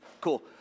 Cool